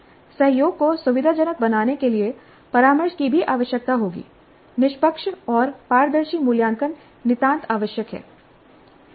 सहयोग को सुविधाजनक बनाने के लिए परामर्श की भी आवश्यकता होगी निष्पक्ष और पारदर्शी मूल्यांकन नितांत आवश्यक है